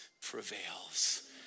prevails